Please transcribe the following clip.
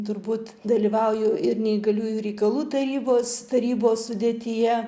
turbūt dalyvauju ir neįgaliųjų reikalų tarybos tarybos sudėtyje